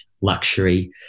luxury